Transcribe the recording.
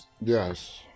Yes